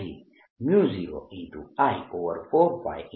તેથી 0I4πz ∞dzs2z2 થશે